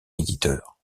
éditeur